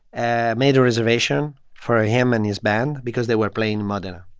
ah made a reservation for ah him and his band because they were playing modena.